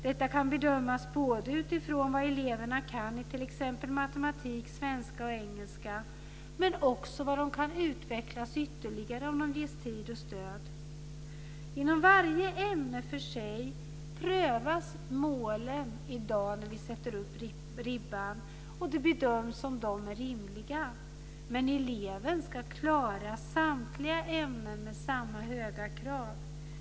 Detta kan bedömas både utifrån vad eleverna kan i t.ex. matematik, svenska och engelska, men också vad de kan utvecklas i ytterligare om de ges tid och stöd. I dag när vi sätter upp ribban prövas varje ämne för sig, och det bedöms om de är rimliga. Men eleven ska klara samtliga ämnen med samma höga krav.